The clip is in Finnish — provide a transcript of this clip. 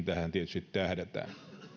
tähän tietysti tähdätään